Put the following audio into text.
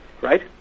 right